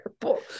Terrible